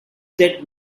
that